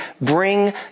bring